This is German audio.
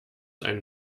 einen